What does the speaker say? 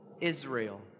Israel